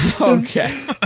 Okay